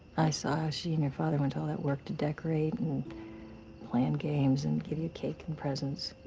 i saw how she and your father went to all that work to decorate and plan games and give you cake and presents.